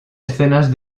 escenas